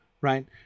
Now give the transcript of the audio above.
right